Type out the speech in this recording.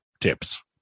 tips